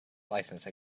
license